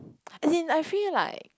as in I feel like